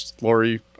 Lori